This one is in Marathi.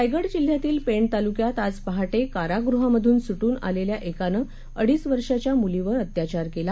रायगड जिल्ह्यातील पेण तालुक्यात आज पहा कारागृहामधून सुद्धि आलेल्या एकानं अडीच वर्षाच्या मूलीवर अत्याचार केला